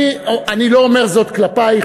אני לא אומר זאת כלפייך,